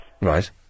Right